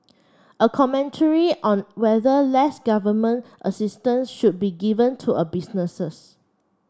a commentary on whether less government assistance should be given to a businesses